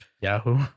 Yahoo